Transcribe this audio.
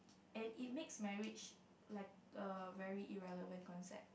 and it makes marriage like err very irrelevant concept